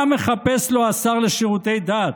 מה מחפש לו השר לשירותי דת,